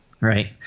right